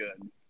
good